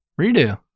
Redo